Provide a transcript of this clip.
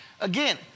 Again